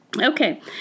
Okay